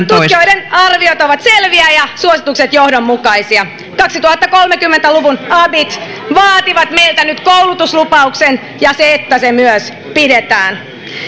tutkijoiden arviot ovat selviä ja suositukset johdonmukaisia kaksituhattakolmekymmentä luvun abit vaativat meiltä nyt koulutuslupauksen ja sen että se myös pidetään